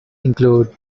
include